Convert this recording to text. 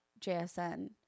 JSN